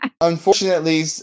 Unfortunately